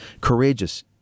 Courageous